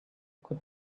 could